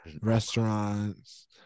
Restaurants